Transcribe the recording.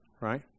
right